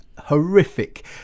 Horrific